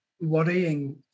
worrying